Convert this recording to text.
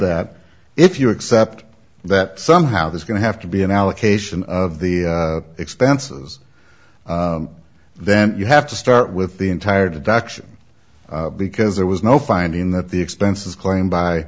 that if you accept that somehow there's going to have to be an allocation of the expenses then you have to start with the entire the doctrine because there was no finding that the expenses claimed